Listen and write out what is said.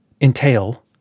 entail